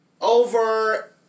over